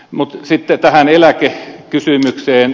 mutta sitten tähän eläkekysymykseen